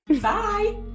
Bye